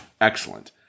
Excellent